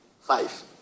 five